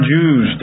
Jews